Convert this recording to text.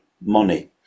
money